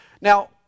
Now